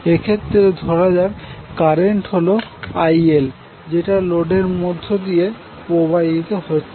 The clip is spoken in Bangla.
এক্ষেত্রে ধরা যাক কারেন্ট হল ILযেটা লোডের মধ্য দিয়ে প্রবাহিত হছে